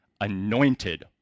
anointed